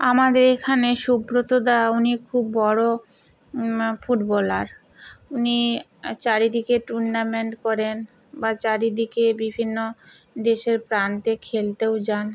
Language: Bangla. আমাদের এখানে সুব্রতদা উনি খুব বড়ো ফুটবলার উনি চারিদিকে টুর্নামেন্ট করেন বা চারিদিকে বিভিন্ন দেশের প্রান্তে খেলতেও যান